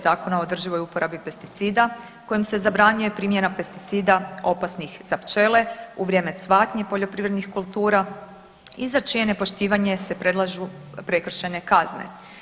Zakona o održivoj uporabi pesticida kojim se zabranjuje primjena pesticida opasnih za pčele u vrijeme cvatnje poljoprivrednih kultura i za čije nepoštivanje se predlažu prekršajne kazne.